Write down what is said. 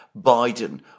Biden